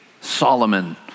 Solomon